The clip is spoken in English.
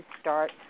start